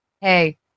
hey